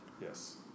Yes